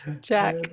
Jack